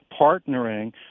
partnering